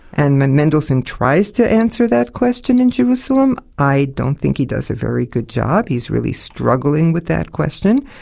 and mendelssohn tries to answer that question in jerusalem. i don't think he does a very good job, he's really struggling with that question,